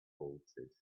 bolted